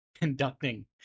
conducting